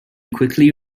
quickly